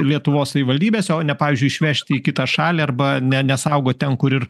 lietuvos savivaldybėse o ne pavyzdžiui išvežti į kitą šalį arba ne nesaugo ten kur ir